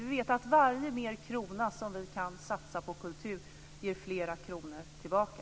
Vi vet att varje extra krona som vi kan satsa på kultur ger flera kronor tillbaka.